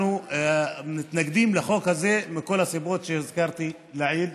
אנחנו מתנגדים לחוק הזה מכל הסיבות שהזכרתי לעיל.